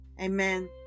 Amen